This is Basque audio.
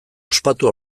ospatu